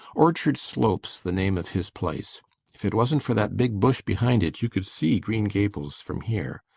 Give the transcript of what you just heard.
orchard slope's the name of his place. if it wasn't for that big bush behind it you could see green gables from here.